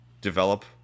develop